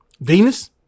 Venus